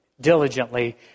diligently